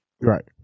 Right